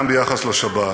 גם ביחס לשבת.